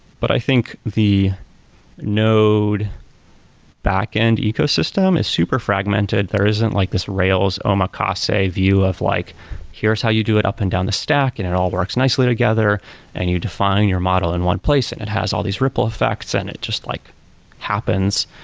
but i think the node backend ecosystem is super fragmented. there isn't like this rails omakase view of like here's how you do it up and down the stack and it all works nicely together and you define your model in one place and it has all these ripple effects and it just like happens.